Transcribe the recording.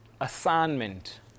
assignment